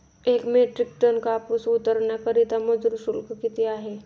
एक metric ton कापूस उतरवण्याकरता मजूर शुल्क किती आहे?